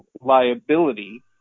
liability